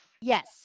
Yes